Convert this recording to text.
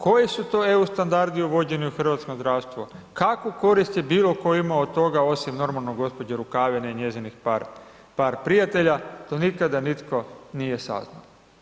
Koji su to EU standardi uvođeni u hrvatsko zdravstvo, kakvu korist bilo tko ima od toga osim normalno gospođe Rukavine i njezinih par, par prijatelja to nikada nitko nije saznao.